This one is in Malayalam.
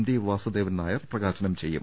ടി വാസുദേവൻ നായർ പ്രകാശനം ചെയ്യും